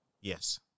Yes